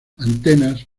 antenas